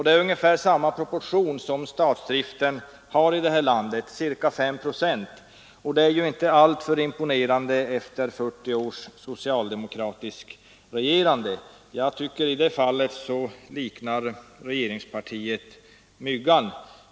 Det är samma proportion som vi har mellan statsdrift och annan företagsamhet i det här landet — cirka 5 procent är statsdrift, och det är inte mycket att vara stolt över efter 40 års socialdemokratiskt regerande. I det fallet tycker jag regeringspartiet liknar myggan.